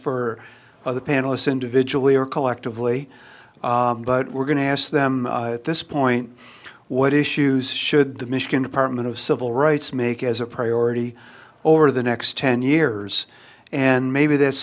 for the panelists individually or collectively but we're going to ask them at this point what issues should the michigan department of civil rights make as a priority over the next ten years and maybe th